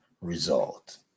result